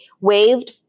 waved